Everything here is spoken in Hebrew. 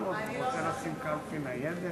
ציון פיניאן?